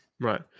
right